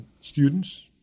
students